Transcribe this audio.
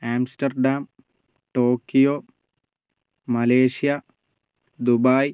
Amsterdam Tokyo Malaysia Dubai